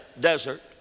desert